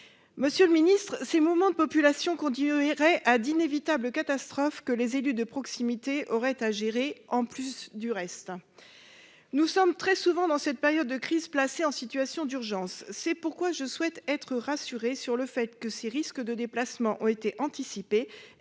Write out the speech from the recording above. Monsieur le secrétaire d'État, ces mouvements de population conduiraient à d'inévitables catastrophes que les élus de proximité auraient à gérer, en plus du reste ! Nous nous trouvons très souvent, dans cette période de crise, placés en situation d'urgence. C'est pourquoi je souhaite être rassurée sur le fait que les risques liés à ces déplacements ont été anticipés